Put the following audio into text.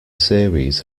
series